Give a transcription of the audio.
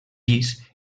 llis